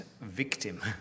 victim